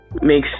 makes